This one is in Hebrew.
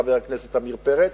חבר הכנסת עמיר פרץ,